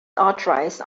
authorized